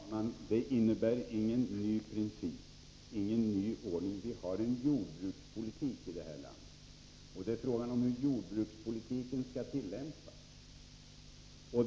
Herr talman! Det innebär ingen ny princip eller ordning. Vad det handlar om är hur den jordbrukspolitik som vi har i detta land skall tillämpas.